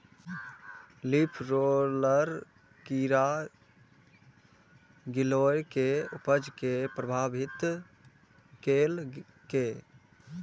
leaf roller कीड़ा गिलोय के उपज कें प्रभावित केलकैए